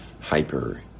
hyper